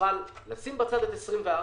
נוכל לשים בצד את 24,